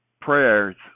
prayers